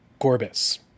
Gorbis